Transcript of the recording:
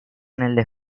nelle